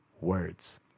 words